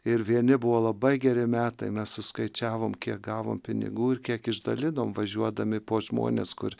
ir vieni buvo labai geri metai mes suskaičiavom kiek gavom pinigų ir kiek išdalinom važiuodami po žmones kur